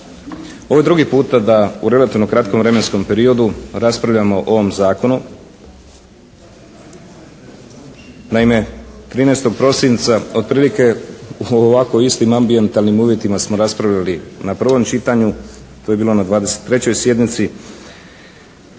Ovo je drugi puta da u relativno kratkom vremenskom periodu raspravljamo o ovom zakonu. Naime, 13. prosinca otprilike, u ovako istim ambijentalnim uvjetima smo raspravili na prvom čitanju, to je bilo na 23. sjednici,